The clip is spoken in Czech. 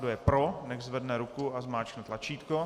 Kdo je pro, nechť zvedne ruku a zmáčkne tlačítko.